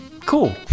Cool